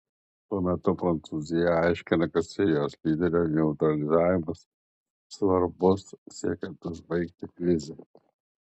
tuo metu prancūzija aiškina kad sirijos lyderio neutralizavimas svarbus siekiant užbaigti krizę